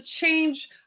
change